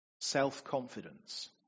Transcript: self-confidence